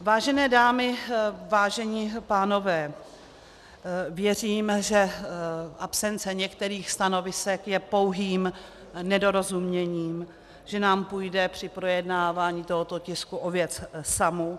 Vážené dámy, vážení pánové, věřím, že absence některých stanovisek je pouhým nedorozuměním, že nám půjde při projednávání tohoto tisku o věc samu.